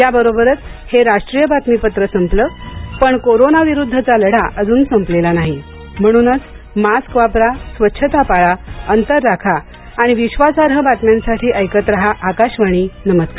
याबरोबरच हे राष्ट्रीय बातमीपत्र संपलं पण कोरोना विरुद्धचा लढा अजून संपलेला नाही म्हणूनच मास्क वापरा स्वच्छता पाळा अंतर राखा आणि विश्वासार्ह बातम्यांसाठी ऐकत रहा आकाशवाणी नमस्कार